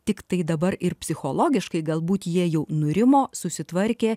tiktai dabar ir psichologiškai galbūt jie jau nurimo susitvarkė